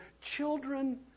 children